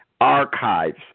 archives